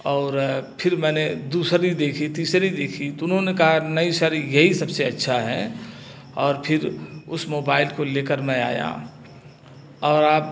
और फिर मैंने दूसरी देखी तीसरी देखी तो उन्होंने कहा नहीं सर यही सब से अच्छा है और फिर उस मोबाइल को ले कर मैं आया और आप